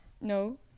No